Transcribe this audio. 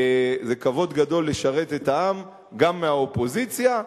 זה כבוד גדול לשרת את העם גם מהאופוזיציה.